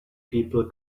people